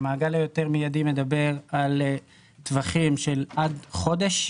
המעגל היותר מיידי מדבר על טווחים של עד חודש.